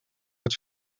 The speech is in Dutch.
het